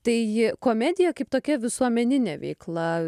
tai komedija kaip tokia visuomeninė veikla